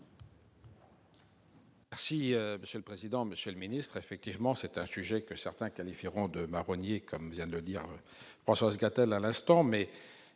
monsieur le président, Monsieur le Ministre, effectivement, c'est un sujet que certains qualifieront de marronniers comme vient de le dire Françoise Cathala l'instant